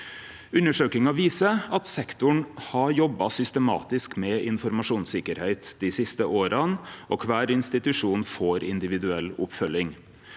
Undersøkinga viser at sektoren har jobba systematisk med informasjonssikkerheit dei siste åra, og kvar institusjon får individuell oppfølging.